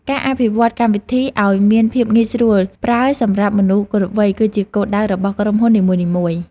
ការអភិវឌ្ឍន៍កម្មវិធីឱ្យមានភាពងាយស្រួលប្រើសម្រាប់មនុស្សគ្រប់វ័យ គឺជាគោលដៅរបស់ក្រុមហ៊ុននីមួយៗ។